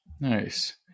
nice